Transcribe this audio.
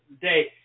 day